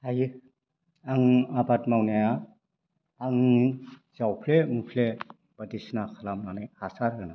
हायो आं आबाद मावनाया आं जावफ्ले मुफ्ले बायदिसिना खालामनानै हासार होनानै